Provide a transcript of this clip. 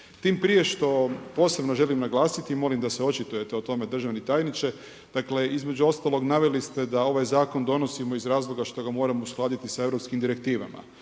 Tim prije što posebno želim naglasiti, molim da se očitujete o tome, državni tajniče, dakle između ostalog naveli ste da ovaj zakon donosimo iz razloga što ga moramo uskladiti sa europskim direktivama,